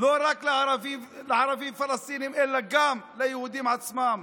לא רק לערבים פלסטינים, אלא גם ליהודים עצמם.